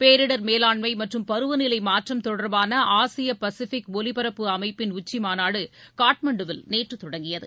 பேரிடர் மேலாண்மை மற்றும் பருவநிலை மாற்றம் தொடர்பான ஆசிய பசிபிக் ஒலிபரப்பு அமைப்பின் உச்சி மாநாடு காட்மாண்டுவில் நேற்று தொடங்கியது